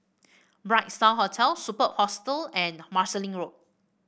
Bright Star Hotel Superb Hostel and Marsiling Road